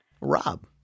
Rob